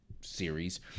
series